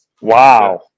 Wow